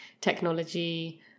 technology